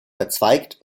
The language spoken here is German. verzweigt